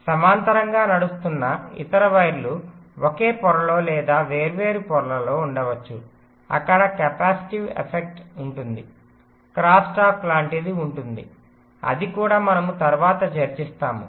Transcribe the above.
సమాంతరంగా నడుస్తున్న ఇతర వైర్లు ఒకే పొరలో లేదా వేర్వేరు పొరలలో ఉండవచ్చు అక్కడ కెపాసిటివ్ ఎఫెక్ట్ ఉంటుంది క్రాస్ టాక్ లాంటిది ఉంటుంది అది కూడా మనము తరువాత చర్చిస్తాము